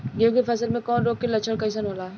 गेहूं के फसल में कवक रोग के लक्षण कइसन होला?